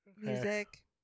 music